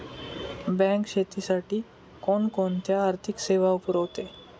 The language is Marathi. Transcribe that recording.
बँक शेतीसाठी कोणकोणत्या आर्थिक सेवा पुरवते?